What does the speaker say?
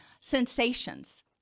sensations